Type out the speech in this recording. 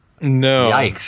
No